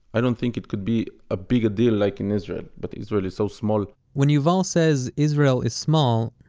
i don't think it could be a big deal like in israel, but israel is so small when yuval says israel is small,